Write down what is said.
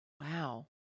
Wow